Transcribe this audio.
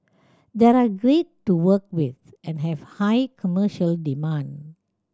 they are great to work with and have high commercial demand